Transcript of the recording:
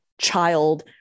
child